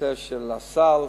הנושא של הסל,